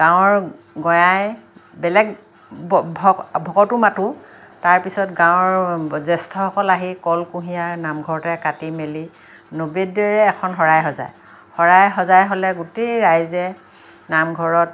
গাঁৱৰ গঞাই বেলেগ ভকতো মাতো তাৰপিছত গাঁৱৰ জ্যেষ্ঠসকল আহে কল কুঁহিয়াহ নামঘৰতে কাটি মেলি নৈবদ্যৰে এখন শৰাই সজায় শৰাই সজাই হ'লে গোটেই ৰাইজে নামঘৰত